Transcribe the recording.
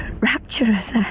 rapturous